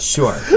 Sure